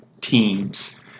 teams